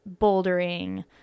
bouldering